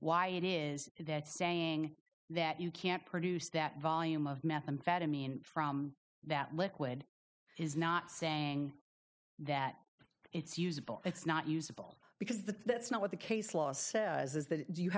why it is that saying that you can't produce that volume of methamphetamine from that liquid is not saying that it's usable it's not usable because the that's not what the case law says is that you